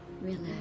relax